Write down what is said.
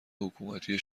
حکومتی